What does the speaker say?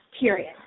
period